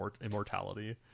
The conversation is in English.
immortality